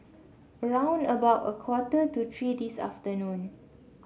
round about a quarter to three this afternoon